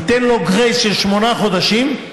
ניתן לו גרייס של שמונה חודשים.